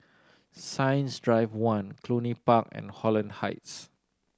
Science Drive One Cluny Park and Holland Heights